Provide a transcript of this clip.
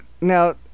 Now